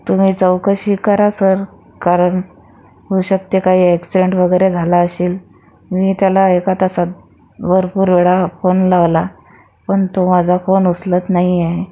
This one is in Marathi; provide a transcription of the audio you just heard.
तुम्ही चौकशी करा सर कारण होऊ शकते काय ॲक्सिडेंट वगैरे झाला असेल मी त्याला एका तासात भरपूर वेळा फोन लावला पण तो माझा फोन उचलत नाही आहे